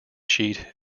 sheet